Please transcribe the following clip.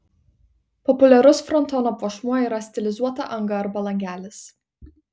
populiarus frontono puošmuo yra stilizuota anga arba langelis